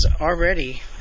already